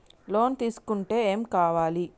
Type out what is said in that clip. Loan తీసుకుంటే ఏం కావాలి?